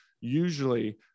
usually –